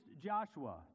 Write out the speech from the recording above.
Joshua